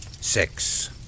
Six